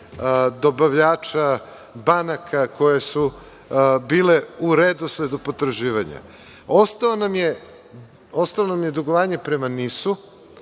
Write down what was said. dobavljača banaka, koje su bile u redosledu potraživanja. Ostalo nam je dugovanja prema NIS-u,